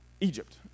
Egypt